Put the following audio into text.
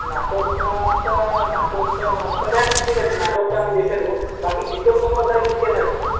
নাটকটা আচ্ছা নাটকটা বাচ্চাদের ঠিক আছে নাটকটা আমি দেখে দেবো বাকি বিতর্কসভার দায়িত্বে কে থাকবে